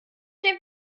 dem